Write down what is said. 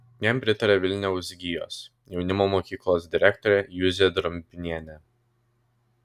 jam pritaria vilniaus gijos jaunimo mokyklos direktorė juzė drobnienė